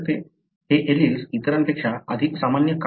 हे ऍलील्स इतरांपेक्षा अधिक सामान्य का आहेत